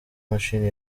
mashini